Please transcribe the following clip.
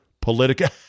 politica